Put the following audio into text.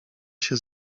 się